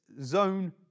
zone